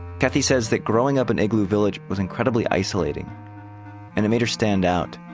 kathy says that growing up in igloo village was incredibly isolating and a major standout.